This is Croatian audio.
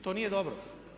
To nije dobro.